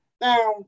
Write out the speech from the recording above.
Now